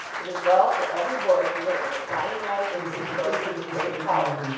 it is well for every boy to learn that dynamite is an explosive of great power,